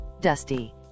dusty